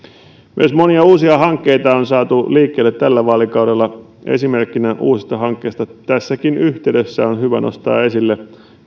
myös monia uusia hankkeita on saatu liikkeelle tällä vaalikaudella esimerkkinä uusista hankkeista tässäkin yhteydessä on hyvä nostaa esille